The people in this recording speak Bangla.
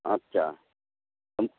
আচ্ছা